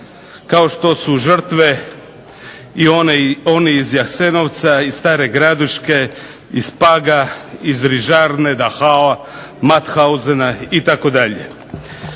kao što su žrtve i oni iz Jasenovca, iz Stare Gradiške, iz Paga, iz Drižarne, Dahaoa, Mathausena itd.